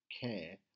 care